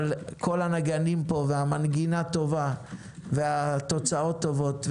אבל כל הנגנים פה והמנגינה טובה והתוצאות טובות.